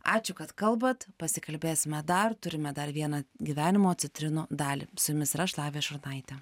ačiū kad kalbat pasikalbėsime dar turime dar vieną gyvenimo citrinų dalį su jumis ir aš lavija šurnaitė